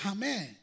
Amen